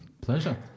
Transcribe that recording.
pleasure